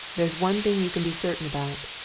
there's one thing you can be certain about.